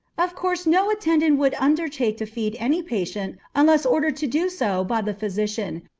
of course no attendant would undertake to feed any patient unless ordered to do so by the physician,